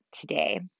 today